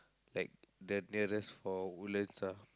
like the nearest for Woodlands ah